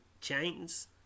chains